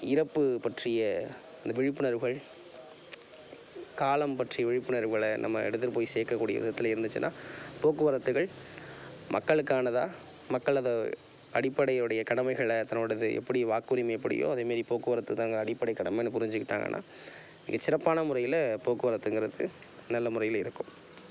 இறப்பு பற்றிய விழிப்புணர்வுகள் காலம் பற்றிய விழிப்புணர்வுகளை நம்ம எடுத்து போய் சேர்க்கக்கூடிய விதத்தில் இருந்துச்சுன்னா போக்குவரத்துகள் மக்களுக்கானதாக மக்கள் அதை அடிப்படையுடைய கடமைகளை தன்னோடது எப்படி வாக்குரிமை எப்படியோ அதே மாதிரி போக்குவரத்து தங்கள் அடிப்படை கடமைன்னு புரிஞ்சுக்கிட்டாங்கன்னா மிக சிறப்பான முறையில் போக்குவரத்துங்கிறது நல்ல முறையில் இருக்கும்